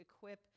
equip